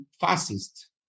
fascist